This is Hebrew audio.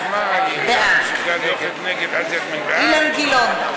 בעד אילן גילאון,